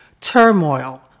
turmoil